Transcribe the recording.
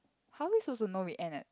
how are we suppose to know we end uh